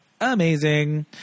amazing